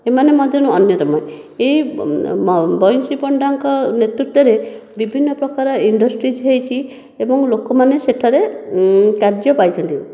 ଏମାନେ ମଧ୍ୟରୁ ଅନ୍ୟତମ ଏହି ବଇଁଶୀ ପଣ୍ଡାଙ୍କ ନେତୃତ୍ୱରେ ବିଭିନ୍ନ ପ୍ରକାରର ଇଣ୍ଡଷ୍ଟ୍ରିଜ ହୋଇଛି ଏବଂ ଲୋକମାନେ ସେଠାରେ କାର୍ଯ୍ୟ ପାଇଛନ୍ତି